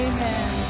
Amen